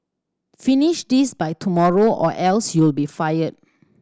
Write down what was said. finish this by tomorrow or else you'll be fired